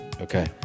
Okay